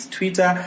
Twitter